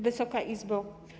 Wysoka Izbo!